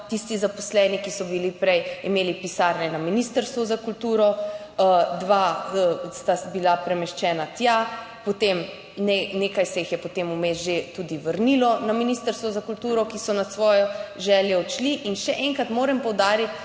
tisti zaposleni, ki so prej imeli pisarne na Ministrstvu za kulturo, dva sta bila premeščena tja, potem nekaj se jih je potem vmes že tudi vrnilo na Ministrstvo za kulturo, ki so na svojo željo odšli. In še enkrat moram poudariti,